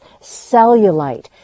cellulite